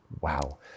Wow